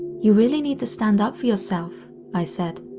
you really need to stand up for yourself i said.